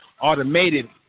automated